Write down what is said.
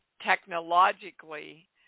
technologically